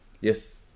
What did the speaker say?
Yes